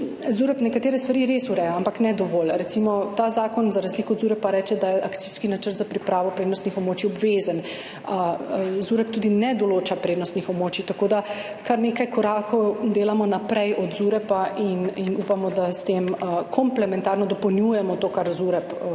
ZUreP nekatere stvari res ureja, ampak ne dovolj. Recimo ta zakon za razliko od ZUreP reče, da je akcijski načrt za pripravo prednostnih območij obvezen. ZUreP tudi ne določa prednostnih območij. Tako da kar nekaj korakov delamo naprej od ZUreP in upamo, da s tem komplementarno dopolnjujemo to, kar ZUreP